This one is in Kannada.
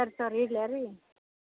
ಸರಿ ತೋರಿ ಇಡ್ಲಾ ರೀ